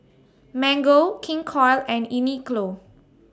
Mango King Koil and Uniqlo